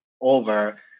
over